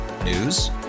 News